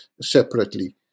separately